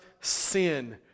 sin